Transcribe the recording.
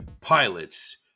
pilots